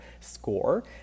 score